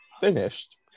finished